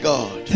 God